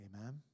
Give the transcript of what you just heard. Amen